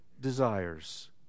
desires